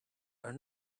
are